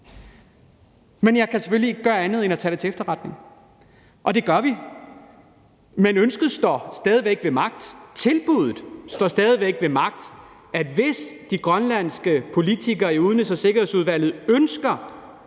Men jeg kan selvfølgelig ikke gøre andet end at tage det til efterretning, og det gør vi, men ønsket står stadig ved magt, og tilbuddet står stadig ved magt, nemlig at hvis de grønlandske politikere i udenrigs- og sikkerhedsudvalget ønsker